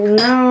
no